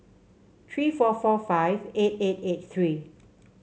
three four four five eight eight eight three